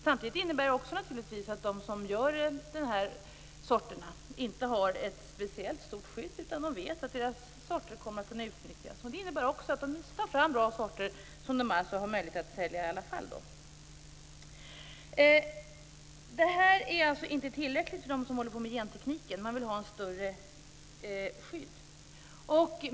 Samtidigt innebär det att de som tar fram dessa sorter inte har något speciellt stort skydd. De vet att deras sorter kommer att kunna utnyttjas. Det innebär också att de vill ta fram bra sorter, som de i alla fall har möjlighet att sälja. Det här är inte tillräckligt för dem som håller på med gentekniken. De vill ha ett större skydd.